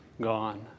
gone